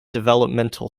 developmental